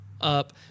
up